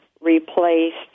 replaced